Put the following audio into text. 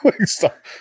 stop